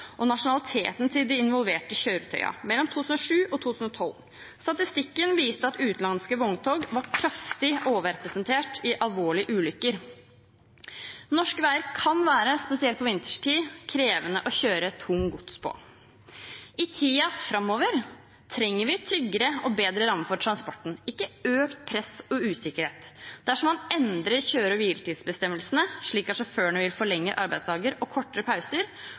og nasjonaliteten til de involverte kjøretøyene mellom 2007 og 2012. Statistikken viste at utenlandske vogntog var kraftig overrepresentert i alvorlige ulykker. Norske veier kan, spesielt på vinterstid, være krevende å kjøre tungt gods på. I tiden framover trenger vi tryggere og bedre rammer for transporten, ikke økt press og usikkerhet. Dersom man endrer kjøre- og hviletidsbestemmelsene, slik at sjåførene vil få lengre arbeidsdager og kortere pauser,